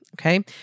Okay